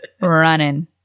running